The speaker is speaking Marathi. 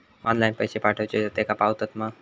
ऑनलाइन पैसे पाठवचे तर तेका पावतत मा?